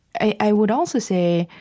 i would also say,